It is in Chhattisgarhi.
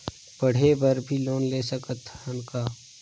पढ़े बर भी लोन ले सकत हन का?